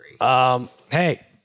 Hey